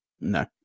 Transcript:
No